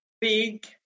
big